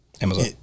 Amazon